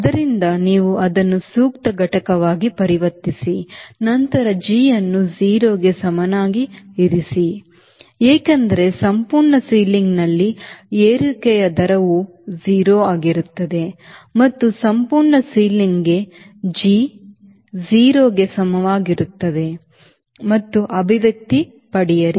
ಆದ್ದರಿಂದ ನೀವು ಅದನ್ನು ಸೂಕ್ತ ಘಟಕವಾಗಿ ಪರಿವರ್ತಿಸಿ ನಂತರ G ಅನ್ನು 0 ಗೆ ಸಮನಾಗಿ ಇರಿಸಿ ಏಕೆಂದರೆ ಸಂಪೂರ್ಣ ಸೀಲಿಂಗ್ನಲ್ಲಿ ಏರಿಕೆಯ ದರವು 0 ಆಗಿರುತ್ತದೆ ಮತ್ತು ಸಂಪೂರ್ಣ ಸೀಲಿಂಗ್ಗೆ G0 ಗೆ ಸಮನಾಗಿರುತ್ತದೆ ಮತ್ತು ಅಭಿವ್ಯಕ್ತಿ ಪಡೆಯಿರಿ